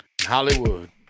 hollywood